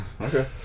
Okay